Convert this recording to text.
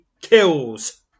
kills